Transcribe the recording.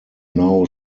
now